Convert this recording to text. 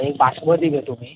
एक बासमती घेतो मी